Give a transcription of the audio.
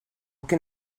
can